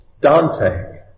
Dante